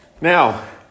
Now